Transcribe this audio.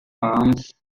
palms